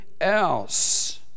else